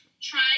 Try